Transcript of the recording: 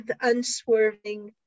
unswerving